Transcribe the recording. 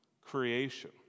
creation